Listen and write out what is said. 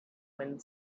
wind